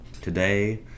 Today